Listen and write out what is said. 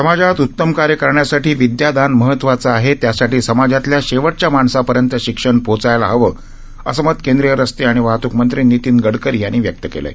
समाजात उत्तम कार्य करण्यासाठी विद्यादान महत्वाचं आहे त्यासाठी समाजातल्या शेवटच्या माणसापर्यंत शिक्षण पोचायला हवं असं मत केंद्रीय रस्ते आणि वाहत्क मंत्री नितीन गडकरी यांनी व्यक्त केलं आहे